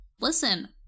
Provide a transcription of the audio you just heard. Listen